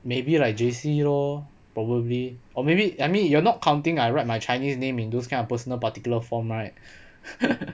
maybe like J_C lor probably or maybe I mean you're not counting I write my chinese name in those kind of personal particular form right